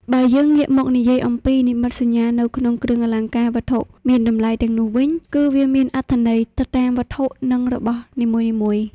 បើយើងងាកមកនិយាយអំពី និមិត្តសញ្ញានៅក្នុងគ្រឿងអលង្ការ វត្ថុមានតម្លៃទាំងនោះវិញ គឺវាមានអត្ថន័យទៅតាមវត្ថុ និងរបស់នីមួយៗ។